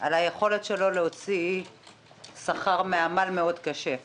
על היכולת שלו להוציא שכר מעמל קשה מאוד.